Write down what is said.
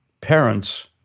parents